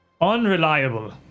unreliable